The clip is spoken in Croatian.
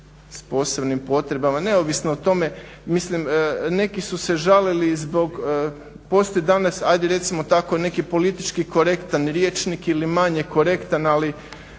s posebnim potrebama, neovisno o tome mislim neki su se žalili zbog, postoji danas hajde recimo tako neki politički korektan rječnik ili manje korektan. Ali